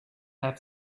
have